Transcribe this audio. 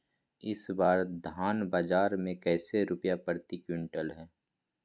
इस बार धान बाजार मे कैसे रुपए प्रति क्विंटल है?